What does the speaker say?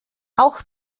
auch